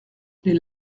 les